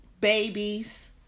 babies